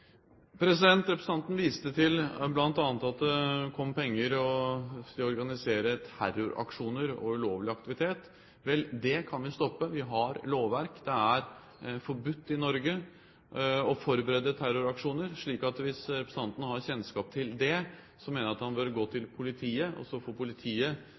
Representanten viste bl.a. til at det kom penger til å organisere terroraksjoner og ulovlig aktivitet. Vel, det kan vi stoppe. Vi har et lovverk. Det er forbudt i Norge å forberede terroraksjoner, så hvis representanten har kjennskap til det, mener jeg at han bør gå til politiet. Så får politiet